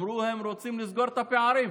אמרו שהם רוצים לסגור את הפערים.